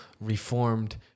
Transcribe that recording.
reformed